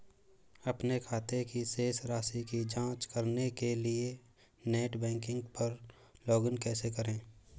अपने खाते की शेष राशि की जांच करने के लिए नेट बैंकिंग पर लॉगइन कैसे करें?